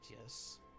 yes